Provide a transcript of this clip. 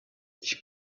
ich